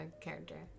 character